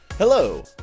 Hello